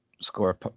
score